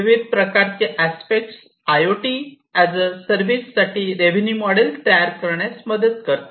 विविध प्रकारचे expect I O T as a service साठी रेव्ह्यून्यू मोडेल तयार करण्यास मदत करतात